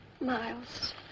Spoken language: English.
Miles